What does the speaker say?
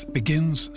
begins